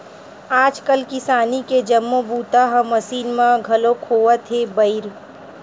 आजकाल किसानी के जम्मो बूता ह मसीन म घलोक होवत हे बइर